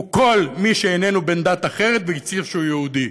כל מי שאיננו בן דת אחרת והצהיר שהוא יהודי.